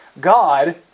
God